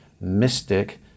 mystic